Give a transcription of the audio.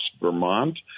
Vermont